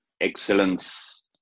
excellence